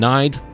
Night